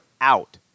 out